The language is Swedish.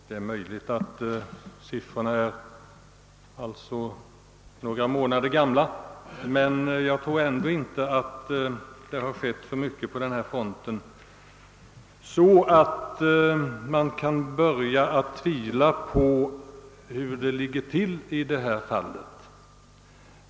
Det är möjligt att siffrorna är några månader gamla, men jag tror ändå inte att det inträffat så mycket på denna front att man kan börja tvivla på riktigheten i min bild av förhållandena på området.